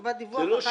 חובת דיווח.